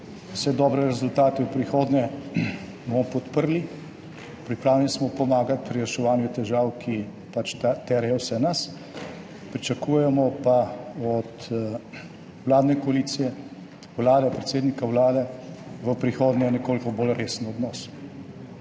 Vse dobre rezultate v prihodnje bomo podprli, pripravljeni smo pomagati pri reševanju težav, ki pač tarejo vse nas, pričakujemo pa od vladne koalicije, vlade, predsednika Vlade v prihodnje nekoliko bolj resen odnos.